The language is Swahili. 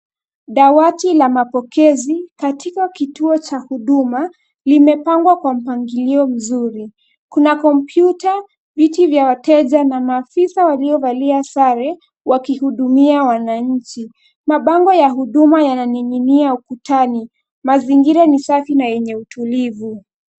Dawati la mapokezi katika kituo cha huduma limepangwa kwa mpangilio mzuri. Kuna kompyuta, vitu vya wateja na maafisa walio valia sare wakihudumia wananchi. Mabango ya huduma yana ning'inia ukutani. Mazingira ni safi na yenye utulivu.